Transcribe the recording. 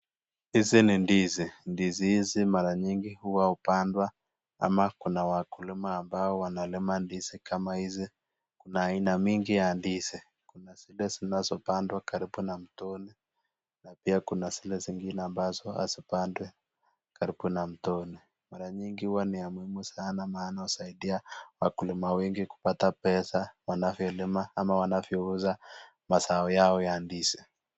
Hizi ni ndizi, hizi mara nyingi hua hupandwa ama kuna wakulima ambao wanalima ndizi kama hizi. Kuna aina mingi ya ndizi kuna zile zinazo pandwa karibu na mtoni na pia kuna zile zingine ambazo hua hazipandwi karibu na mtoni. Mara nyingi hua ni ya muhimu sana maana husaidia wakulima wengi kupata pesa wanavyolima ama wanavyouza mazao yao ya ndizi.